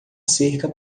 cerca